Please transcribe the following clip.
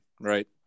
right